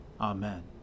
Amen